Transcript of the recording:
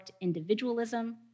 individualism